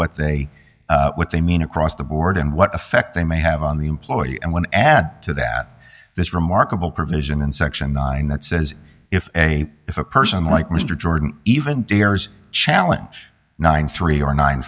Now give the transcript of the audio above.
what they what they mean across the board and what effect they may have on the employee and one add to that this remarkable provision in section nine that says if a if a person like mr jordan even dares challenge ninety three or nine